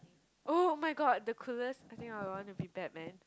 oh-my-god the coolest I think I will want to be batman